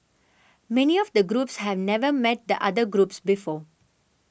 many of the groups have never met the other groups before